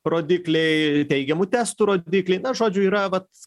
rodikliai teigiamų testų rodikliai na žodžiu yra vat